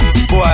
Boy